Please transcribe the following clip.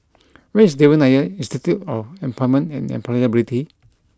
where is Devan Nair Institute of Employment and Employability